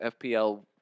FPL